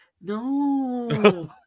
no